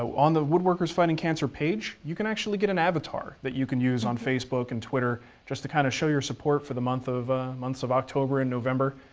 so on the woodworkers fighting cancer page, you can actually get an avatar that you can use on facebook and twitter just to kind of show your support for the months of months of october and november.